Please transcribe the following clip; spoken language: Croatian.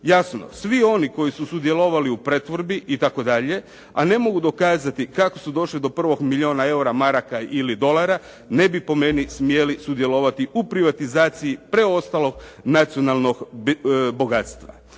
Jasno svi oni koji su sudjelovali u pretvorbi itd., a ne mogu dokazati kako su došli do prvog milijuna eura, maraka ili dolara ne bi po meni smjeli sudjelovati u privatizaciji preostalog nacionalnog bogatstva.